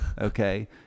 Okay